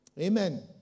Amen